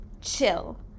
chill